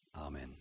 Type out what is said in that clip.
Amen